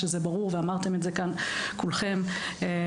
שזה ברור ואמרתם זאת כאן וכולכם מבינים,